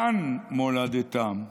כאן מולדתם.